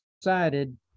decided